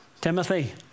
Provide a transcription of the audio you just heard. Timothy